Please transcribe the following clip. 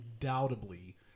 undoubtedly